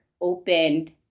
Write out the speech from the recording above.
opened